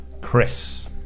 chris